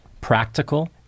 practical